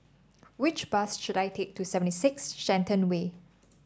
which bus should I take to Seventy Six Shenton Way